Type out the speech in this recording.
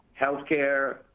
healthcare